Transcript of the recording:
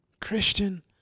Christian